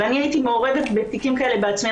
הייתי מעורבת בתיקים כאלה בעצמי,